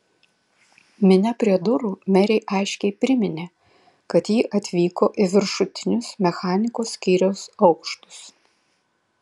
minia prie durų merei aiškiai priminė kad ji atvyko į viršutinius mechanikos skyriaus aukštus